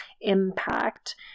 impact